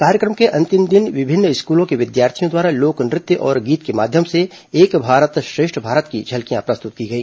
कार्यक्रम के अंतिम दिन विभिन्न स्कूलों के विद्यार्थियों द्वारा लोक नृत्य और गीत के माध्यम से एक भारत श्रेष्ठ भारत की झलकियां प्रस्तुत की गई